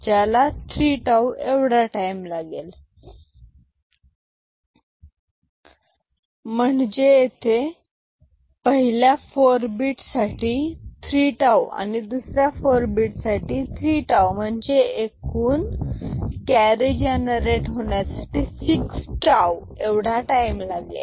ज्याला 3 टाऊ एवढा टाईम लागेल म्हणजे येथे पहिल्या 4 bit साठी 3 टाऊ आणि दुसऱ्या 4 bit साठी 3 टाऊ म्हणजे एकूण केरी जनरेट होण्यासाठी 6 टाऊ एवढा टाईम लागेल